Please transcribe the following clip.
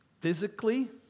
physically